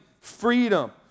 freedom